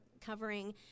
covering